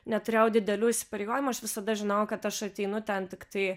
neturėjau didelių įsipareigojimų aš visada žinojau kad aš ateinu ten tiktai